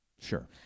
Sure